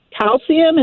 Calcium